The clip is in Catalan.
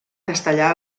castellà